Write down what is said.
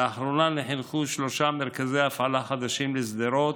לאחרונה נחנכו שלושה מרכזי הפעלה חדשים, בשדרות,